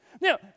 Now